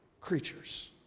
creatures